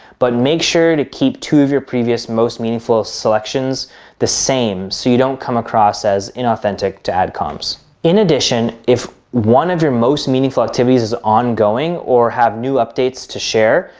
but make sure to keep two of your previous most meaningful selections the same so you don't come across as inauthentic to adcoms. in addition, if one of your most meaningful activities is ongoing or have new updates to share,